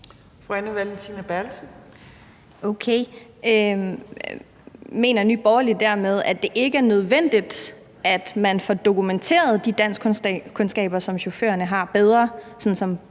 mener Nye Borgerlige dermed, at det ikke er nødvendigt, at man får dokumenteret de danskkundskaber, som chaufførerne har, bedre, sådan som